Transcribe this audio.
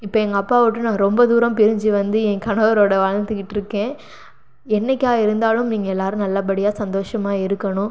இப்போ எங்கள் அப்பாவை விட்டுநான் ரொம்ப தூரம் பிரிஞ்சு வந்து என் கணவரோடு வாழ்ந்துக்கிட்டிருக்கேன் என்னைக்கா இருந்தாலும் நீங்கள் எல்லோரும் நல்லபடியாக சந்தோஷமாக இருக்கணும்